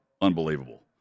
unbelievable